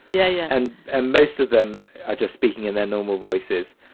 yeah. yeah. and ah most of them are just speaking in their normal voices.